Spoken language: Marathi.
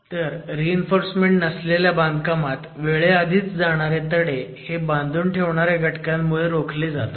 तर रीइन्फोर्समेंट नसलेल्या बांधकामात वेळेआधीच जाणारे तडे हे बांधून ठेवणाऱ्या घटकांमुळे रोखले जातात